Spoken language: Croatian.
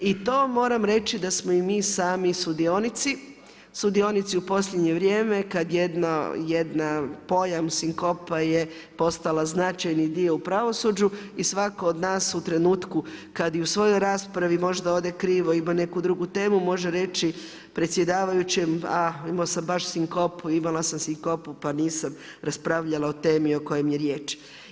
I to moram reći da smo i mi sami sudionici, sudionici u posljednje vrijeme kad jedan pojam sinkopa je postala značajni dio u pravosuđu i svatko od nas u trenutku kad je u svojoj raspravi možda ode krivo, ima neku drugu temu može reći predsjedavajućem a imao sam baš sinkopu, imala sam sinkopu pa nisam raspravljala o temi o kojoj je riječ.